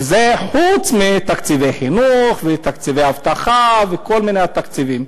וזה חוץ מתקציבי חינוך ותקציבי אבטחה וכל מיני תקציבים.